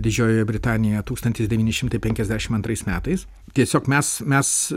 didžiojoje britanijoje tūkstantis devyni šimtai penkiasdešim antrais metais tiesiog mes mes